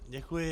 Děkuji.